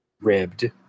ribbed